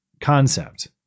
concept